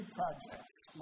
projects